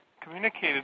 communicated